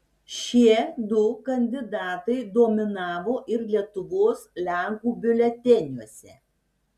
šie du kandidatai dominavo ir lietuvos lenkų biuleteniuose